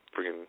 freaking